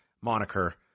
moniker